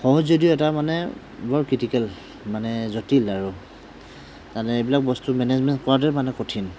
সহজ যদিও এটা মানে বৰ ক্ৰিটিকেল মানে জটিল আৰু তাৰমানে এইবিলাক বস্তু মেনেজমেণ্ট কৰাটোৱে মানে কঠিন